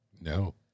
No